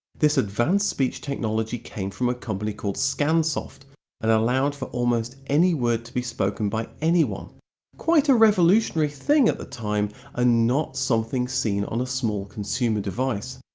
this advanced speech technology came from a company called scansoft and allowed for almost any word to be spoken by anyone quite a revolutionary thing at the time and ah not something seen on a small consumer device.